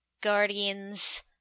Guardians